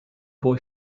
boy